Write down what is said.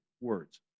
words